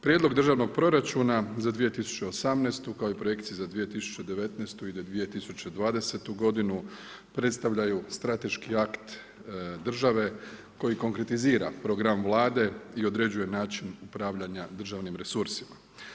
Prijedlog državnog proračuna za 2018. kao i projekcija za 2019. i 2020. godinu predstavljaju strateški akt države koji konkretizira program Vlade i određuje način upravljana državnim resursima.